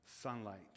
sunlight